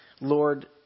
Lord